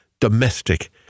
domestic